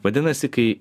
vadinasi kai